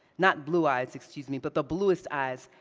not blue eyes, excuse me, but the bluest eyes,